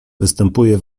występuje